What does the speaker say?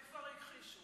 הם כבר הכחישו.